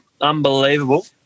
unbelievable